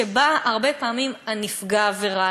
שבה הרבה פעמים נפגע העבירה,